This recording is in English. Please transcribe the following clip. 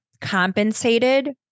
compensated